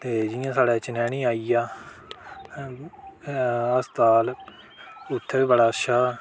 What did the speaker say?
ते जियां साढ़ै चनैनी आई गेआ अस्पताल उत्थै बी बड़ा अच्छा